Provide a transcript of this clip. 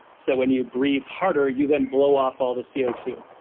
so when you breathe harder, you then blow off all the c o two,